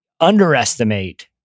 underestimate